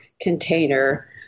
container